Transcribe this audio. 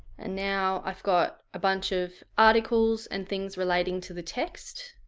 and now i've got a bunch of articles and things relating to the text,